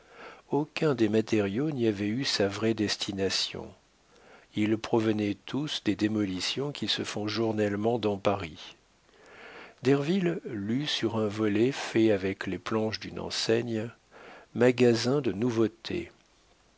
aucun des matériaux n'y avait eu sa vraie destination ils provenaient tous des démolitions qui se font journellement dans paris derville lut sur un volet fait avec les planches d'une enseigne magasin de nouveautés